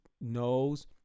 knows